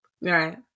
Right